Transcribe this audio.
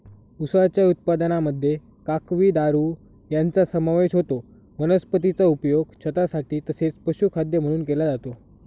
उसाच्या उत्पादनामध्ये काकवी, दारू यांचा समावेश होतो वनस्पतीचा उपयोग छतासाठी तसेच पशुखाद्य म्हणून केला जातो